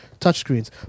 touchscreens